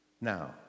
Now